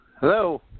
Hello